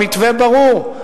המתווה ברור,